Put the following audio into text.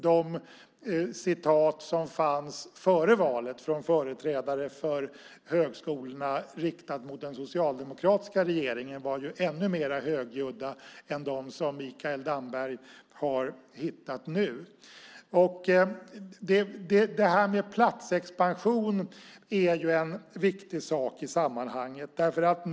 De citat som fanns före valet från företrädare för högskolorna riktade mot den socialdemokratiska regeringen var ännu mer högljudda än de citat som Mikael Damberg har hittat nu. Frågan om platsexpansion är viktig i sammanhanget.